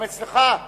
גם אצלך?